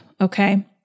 okay